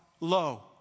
low